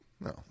No